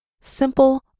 Simple